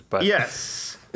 Yes